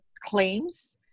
claims